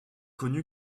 connue